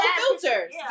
filters